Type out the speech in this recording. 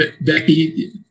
Becky